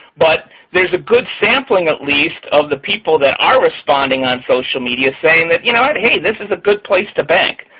but there's a good sampling at least of the people that are responding on social media, saying that, you know hey, this is a good place to bank.